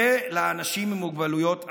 ולאנשים עם מוגבלויות עצמם.